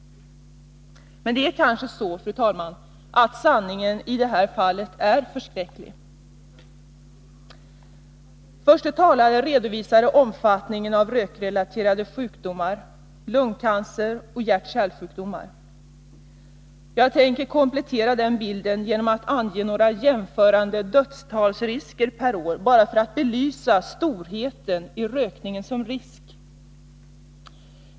Men det är kanske så, fru talman, att sanningen i det här fallet är förskräcklig. Den förste talaren redovisade omfattningen av rökrelaterade sjukdomar — lungcancer och hjärtoch kärlsjukdomar. Jag tänker komplettera den bilden genom att ange några jämförande dödstalsrisker per år, bara för att belysa rökningen som risk.